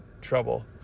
trouble